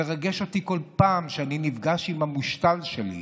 מרגש אותי כל פעם שאני נפגש עם המושתל שלי,